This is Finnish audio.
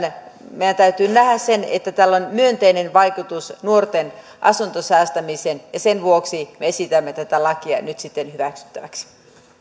meidän täytyy nähdä se että tällä on myönteinen vaikutus nuorten asuntosäästämiseen ja sen vuoksi me esitämme tätä lakia nyt sitten hyväksyttäväksi